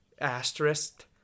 asterisk